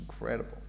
incredible